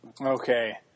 Okay